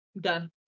done